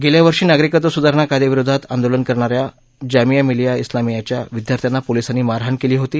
गेल्या वर्षी नागरिकत्व सुधारणा कायद्याविरोधात आंदोलन करणाऱ्या जामिया मिलिया इस्लामियाच्या विद्यार्थ्यांना पोलिसांनी मारहाण केली होती